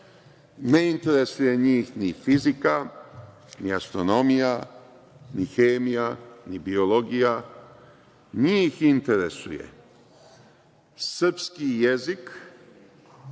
ne interesuje njih ni fizika, ni astronomija, ni hemija, ni biologija, njih interesuje srpski jezik,